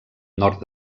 nord